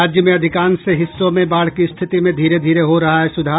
राज्य में अधिकांश हिस्सों में बाढ़ की स्थिति में धीरे धीरे हो रहा है सुधार